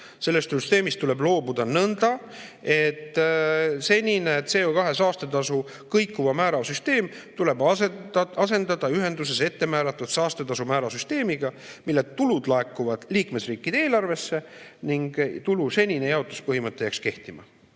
Sellest süsteemist tuleb loobuda nõnda, et senine CO2saastetasu kõikuva määraga süsteem tuleb asendada ühenduses ettemääratud saastetasumäära süsteemiga, mille tulud laekuvad liikmesriikide eelarvesse ning tulu senine jaotuspõhimõte jääks kehtima.